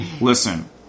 listen